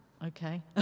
Okay